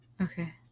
Okay